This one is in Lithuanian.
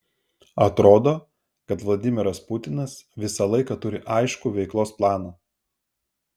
atrodo kad vladimiras putinas visą laiką turi aiškų veiklos planą